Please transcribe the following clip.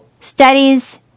Studies